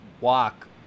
walk